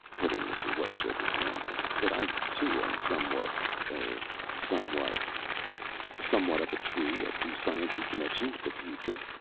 put in mr. whitechoker, blandly, that i too am somewhat er somewhat somewhat up a tree as to science's connection with the future?